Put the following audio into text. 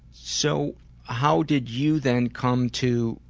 so how did you then come to?